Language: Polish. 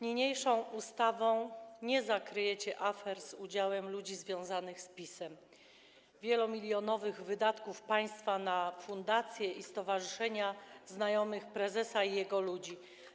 Niniejszą ustawą nie zakryjecie afer z udziałem ludzi związanych z PiS-em, wielomilionowych wydatków państwa na fundacje i stowarzyszenia, znajomych prezesa i jego ludzi.